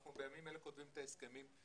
אנחנו בימים אלה כותבים את ההסכמים.